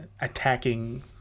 attacking